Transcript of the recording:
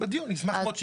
אני אשמח מאוד.